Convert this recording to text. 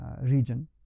region